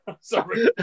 Sorry